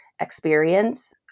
experience